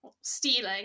stealing